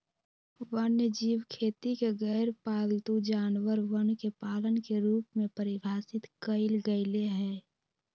वन्यजीव खेती के गैरपालतू जानवरवन के पालन के रूप में परिभाषित कइल गैले है